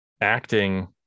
acting